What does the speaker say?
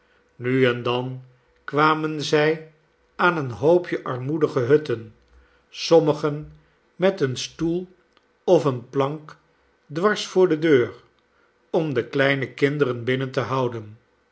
nu en dan kwamen zij aan een hoopje armoedige hutten sommigen met een stoel of eene plank dwars voor de deur om de kleine kinderen binnen te houden